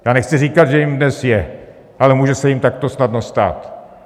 Já nechci říkat, že jím dnes je, ale může se jím takto snadno stát.